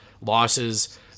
losses